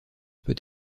peut